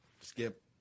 skip